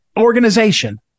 organization